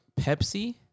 Pepsi